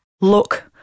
Look